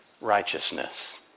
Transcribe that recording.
righteousness